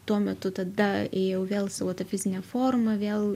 tuo metu tada ėjau vėl savo tą fizinę formą vėl